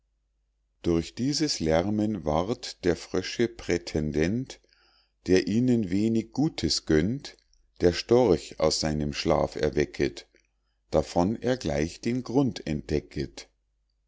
durch dieses lärmen ward der frösche prätendent der ihnen wenig gutes gönnt der storch aus seinem schlaf erwecket davon er gleich den grund entdecket